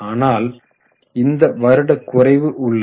ஆனால் இந்த வருடம் குறைவு உள்ளது